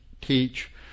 teach